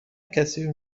کثیف